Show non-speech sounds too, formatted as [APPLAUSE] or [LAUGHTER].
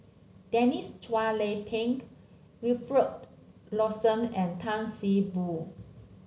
Deniss Chua Lay Peng Wilfed Lawson and Tan See Boo [NOISE]